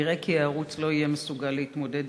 ונראה כי הערוץ לא יהיה מסוגל להתמודד